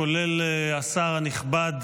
כולל השר הנכבד